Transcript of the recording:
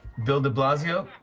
bill de blasio